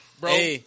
bro